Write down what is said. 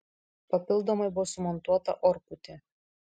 papildomai buvo sumontuota orpūtė